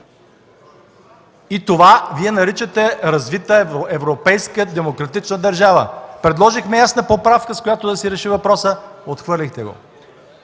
и това Вие наричате развита европейска демократична държава!? Предложихме ясна поправка, с която да се реши въпросът – отхвърлихте го.